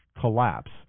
collapse